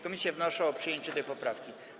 Komisje wnoszą o przyjęcie tej poprawki.